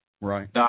Right